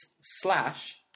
slash